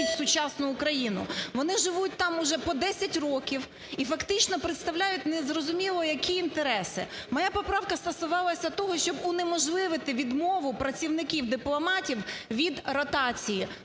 вони живуть там уже по десять років і фактично представляють незрозуміло які інтереси. Моя поправка стосувалася того, щоб унеможливити відмову працівників-дипломатів від ротації.